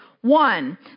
One